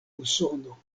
usono